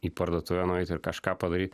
į parduotuvę nueiti ir kažką padaryt